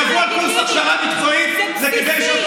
כשקבעו קורס הכשרה מקצועית זה כדי שאותו